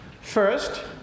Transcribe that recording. First